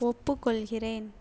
ஒப்புக் கொள்கிறேன்